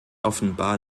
offenbar